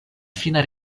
fina